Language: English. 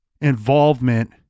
involvement